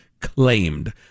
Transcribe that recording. claimed